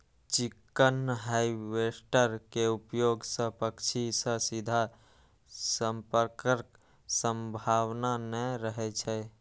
chicken harvester के उपयोग सं पक्षी सं सीधा संपर्कक संभावना नै रहै छै